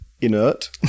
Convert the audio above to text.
inert